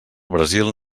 brasil